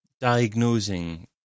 diagnosing